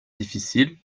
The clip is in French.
difficile